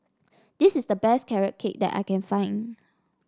this is the best Carrot Cake that I can find